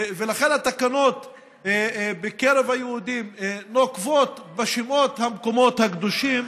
ולכן התקנות בקרב היהודים נוקבות בשמות המקומות הקדושים,